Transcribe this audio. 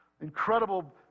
incredible